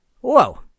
Whoa